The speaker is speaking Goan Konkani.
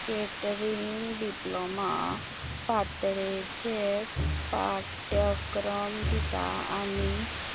कॅटरिंग डिप्लोमा पातळेचे पाठ्यक्रम दिता आनी